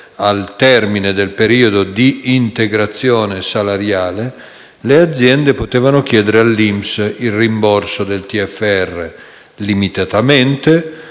al termine del periodo di integrazione salariale, le aziende potevano chiedere all'INPS il rimborso del TFR limitatamente